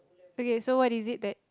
okay so what is it that